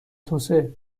توسعه